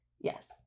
yes